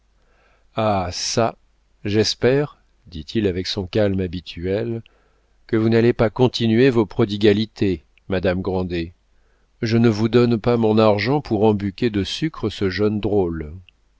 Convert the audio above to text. ah çà j'espère dit-il avec son calme habituel que vous n'allez pas continuer vos prodigalités madame grandet je ne vous donne pas mon argent pour embucquer de sucre ce jeune drôle